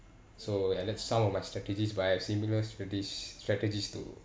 so I led some of my strategies but I have similar strateg~ strategies to